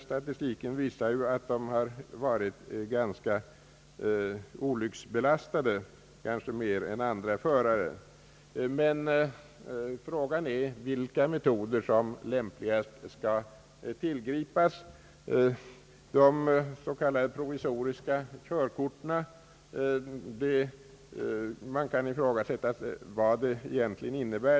Statistiken visar ju att denna kategori varit ganska olycksbelastad, kanske mer än andra förare. Men frågan är vilka metoder som lämpligen skall tillgripas. Man kan ifrågasätta vad de s.k. provisoriska körkorten egentligen innebär.